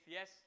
Yes